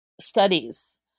studies